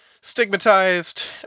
stigmatized